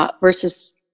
versus